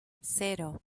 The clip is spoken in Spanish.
cero